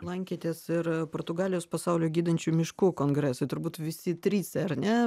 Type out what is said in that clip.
lankėtės ir portugalijos pasaulio gydančių miškų kongrese turbūt visi trys ar ne